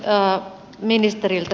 kysyisin ministeriltä